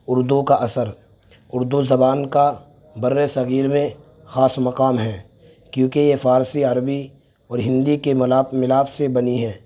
اردو کا اثر اردو زبان کا برصغیر میں خاص مقام ہے کیوںکہ یہ فارسی عربی اور ہندی کے ملاپ ملاپ سے بنی ہے